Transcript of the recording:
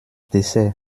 dessert